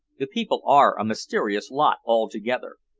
the people are a mysterious lot altogether.